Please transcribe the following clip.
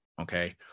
okay